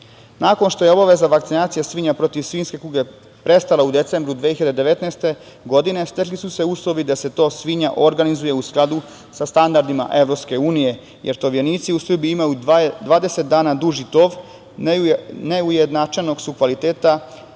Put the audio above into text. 42%.Nakon što je obaveza vakcinacije svinja protiv svinjske kuge prestala u decembru 2019. godine stekli su se uslovi da se tov svinja organizuje u skladu sa standardima EU, jer tovljenici u Srbiji imaju 20 dana duži tov, neujednačenog su kvaliteta